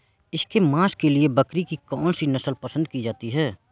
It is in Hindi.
इसके मांस के लिए बकरी की कौन सी नस्ल पसंद की जाती है?